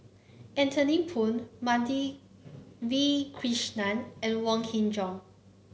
Anthony Poon Madhavi Krishnan and Wong Kin Jong